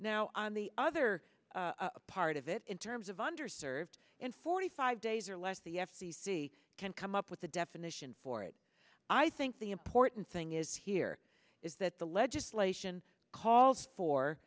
now on the other part of it in terms of under served in forty five days or less the f c c can come up with a definition for it i think the important thing is here is that the legislation calls for